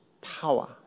power